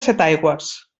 setaigües